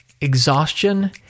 exhaustion